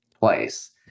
place